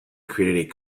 created